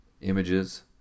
images